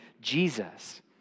Jesus